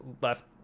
left